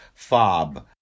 fob